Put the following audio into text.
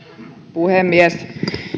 puhemies